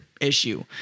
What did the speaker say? Issue